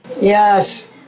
Yes